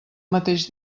mateix